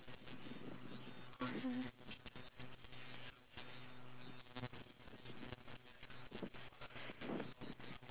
due to the fact that I need to have that level of respect so that the information between me and my parents are conveyed much more